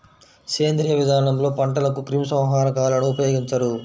సేంద్రీయ విధానంలో పంటలకు క్రిమి సంహారకాలను ఉపయోగించరు